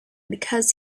because